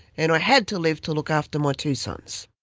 and i had to live to look after my two sons.